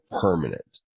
permanent